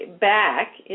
back